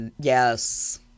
yes